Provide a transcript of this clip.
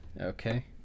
Okay